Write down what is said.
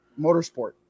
motorsport